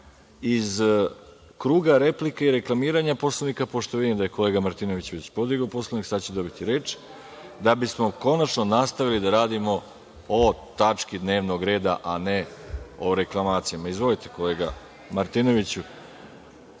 iz kruga replika i reklamiranja Poslovnika. Pošto vidim da je kolega Martinović već podigao Poslovnik, sada će dobiti reč, da bismo konačno nastavili da radimo o tački dnevnog reda, a ne o reklamacijama. Izvolite, kolega Martinoviću. Biće